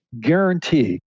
guarantee